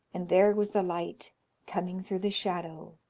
and there was the light coming through the shadow,